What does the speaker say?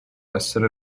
essere